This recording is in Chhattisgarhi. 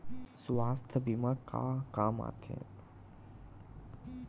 सुवास्थ बीमा का काम आ थे?